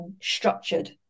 structured